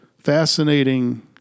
Fascinating